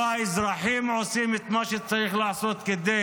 לא האזרחים עושים את מה שצריך לעשות כדי